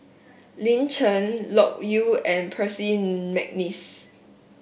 Lin Chen Loke Yew and Percy McNeice